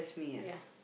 ya